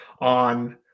on